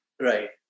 Right